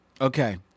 Okay